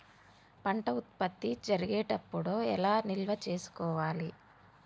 పంట ఉత్పత్తి జరిగేటప్పుడు ఎలా నిల్వ చేసుకోవాలి?